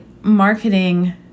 marketing